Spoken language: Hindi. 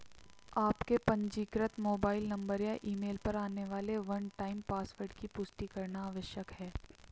आपके पंजीकृत मोबाइल नंबर या ईमेल पर आने वाले वन टाइम पासवर्ड की पुष्टि करना आवश्यक है